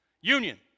Union